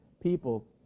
people